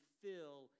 fill